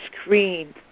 screen